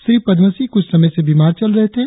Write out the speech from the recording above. श्री पद्मसी कुछ समय से बीमार चल रहे थे